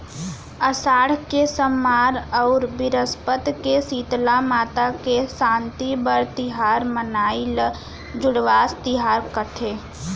असाड़ के सम्मार अउ बिरस्पत के सीतला माता के सांति बर तिहार मनाई ल जुड़वास तिहार कथें